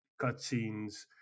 cutscenes